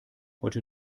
heute